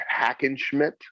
Hackenschmidt